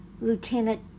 lieutenant